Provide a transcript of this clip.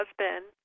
husband